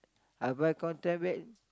I will buy contraband